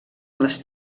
les